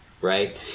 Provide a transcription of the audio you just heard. right